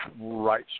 right